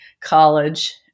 college